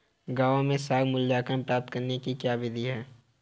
गाँवों में साख मूल्यांकन प्राप्त करने की क्या विधि है?